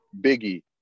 Biggie